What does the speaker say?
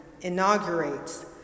inaugurates